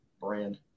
brand